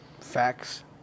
Facts